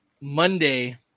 Monday